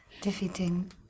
defeating